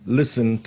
listen